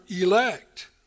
elect